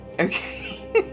Okay